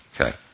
Okay